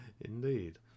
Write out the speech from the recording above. indeed